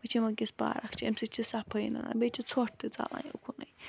وٕچھ یِمن کِژھ پارک چھِ اَمہِ سۭتۍ چھِ صفٲیی ننان بیٚیہِ چھِ ژھۄٹھ تہِ ژَلان یہِ اُکنٕے